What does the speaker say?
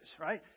right